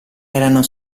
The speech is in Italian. erano